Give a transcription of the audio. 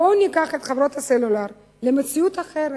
בואו ניקח את חברות הסלולר למציאות אחרת,